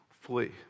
flee